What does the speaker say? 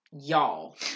Y'all